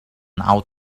out